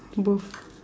both